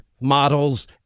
models